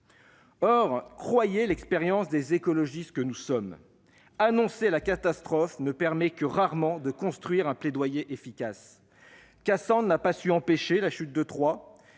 Croyez-en l'expérience des écologistes que nous sommes : annoncer la catastrophe ne permet que rarement de construire un plaidoyer efficace ! Cassandre n'a pas su empêcher la chute de Troie